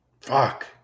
Fuck